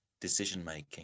decision-making